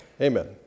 Amen